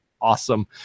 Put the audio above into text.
awesome